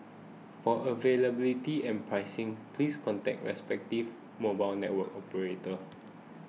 for availability and pricing please contact respective mobile network operators